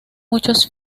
muchos